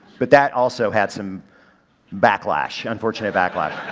but that also had some backlash, unfortunate backlash.